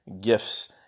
gifts